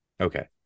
Okay